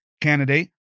candidate